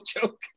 joke